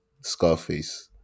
Scarface